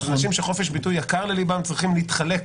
אנשים שחופש הביטוי יקר בעיניהם צריכים להתחלק